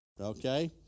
okay